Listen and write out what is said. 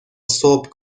صبح